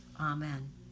Amen